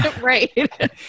Right